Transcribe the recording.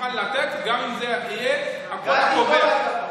מוכן לתת, גם אם זה יהיה הקול הקובע.